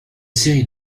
série